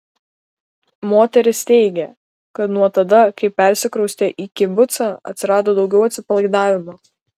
moteris teigė kad nuo tada kai persikraustė į kibucą atsirado daugiau atsipalaidavimo